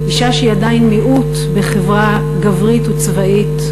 אישה שהיא עדיין מיעוט בחברה גברית וצבאית,